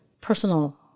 personal